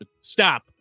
Stop